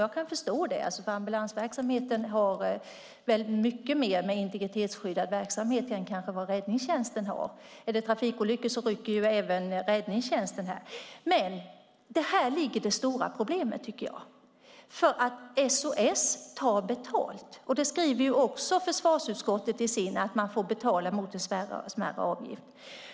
Jag kan förstå det, för ambulansverksamheten har mycket mer integritetsskyddad verksamhet än vad räddningstjänsten kanske har. Vid till exempel trafikolyckor rycker även räddningstjänsten ut. Men här ligger det stora problemet, tycker jag, för SOS Alarm tar betalt. Försvarsutskottet skriver också att man får betala mot en smärre avgift.